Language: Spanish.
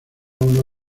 uno